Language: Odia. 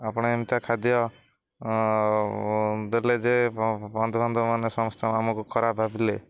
ଆପଣ ଏମିତିଆ ଖାଦ୍ୟ ଦେଲେ ଯେ ବନ୍ଧୁବାନ୍ଧୁବମାନେ ସମସ୍ତ ଆମକୁ ଖରାପ ଭାବିଲେ